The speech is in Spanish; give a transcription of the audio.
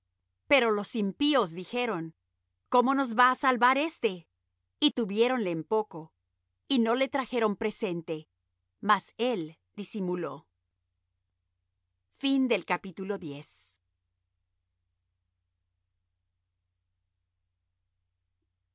pero los impíos dijeron cómo nos ha de salvar éste y tuviéronle en poco y no le trajeron presente mas él disimuló y